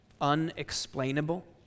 unexplainable